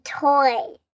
toy